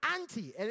anti